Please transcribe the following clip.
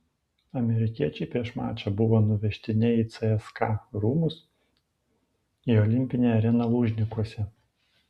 amerikiečiai prieš mačą buvo nuvežti ne į cska rūmus į olimpinę areną lužnikuose